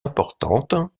importantes